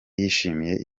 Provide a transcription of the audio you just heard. yishimiwe